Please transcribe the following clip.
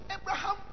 Abraham